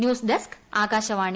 news desk Akashvani